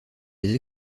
les